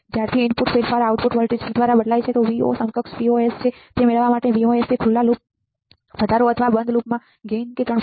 જ્યારથી આ ઇનપુટ ફેરફાર આઉટપુટ વોલ્ટેજ V એ દ્વારા બદલાય છે જે Vo સમકક્ષ Vos છે તે મેળવવા માટે VOSખુલ્લા લૂપ વધારો અથવા બંધ લૂપમાં ગેઇન કે 3